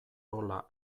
rola